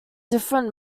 different